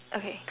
okay